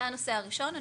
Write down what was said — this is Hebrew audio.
זה הנושא הראשון.